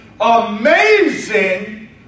amazing